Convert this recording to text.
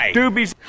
doobies